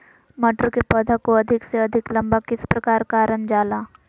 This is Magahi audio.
मटर के पौधा को अधिक से अधिक लंबा किस प्रकार कारण जाला?